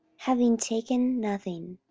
having taken nothing.